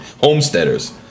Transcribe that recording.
homesteaders